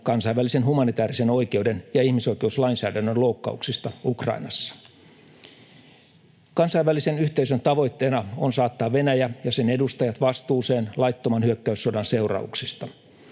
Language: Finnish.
kansainvälisen humanitäärisen oikeuden ja ihmisoikeuslainsäädännön loukkauksista Ukrainassa. Kansainvälisen yhteisön tavoitteena on saattaa Venäjä ja sen edustajat vastuuseen laittoman hyökkäyssodan seurauksista.